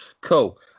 Cool